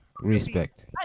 Respect